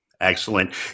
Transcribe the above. Excellent